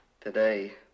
today